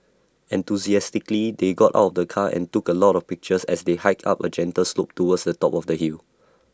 enthusiastically they got out of the car and took A lot of pictures as they hiked up A gentle slope towards the top of the hill